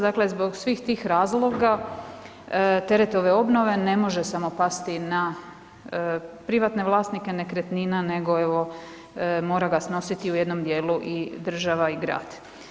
Dakle, zbog svih tih razloga teret ove obnove ne može samo pasti na privatne vlasnike nekretnina nego evo mora ga snositi u jednom dijelu i država i grad.